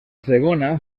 segona